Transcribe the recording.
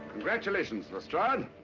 congratulations, lestrade.